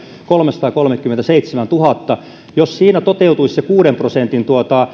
kolmesataakolmekymmentäseitsemäntuhatta jos siinä toteutuisi se kuuden prosentin